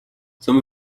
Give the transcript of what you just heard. some